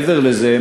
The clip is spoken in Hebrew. מעבר לזה,